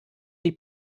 die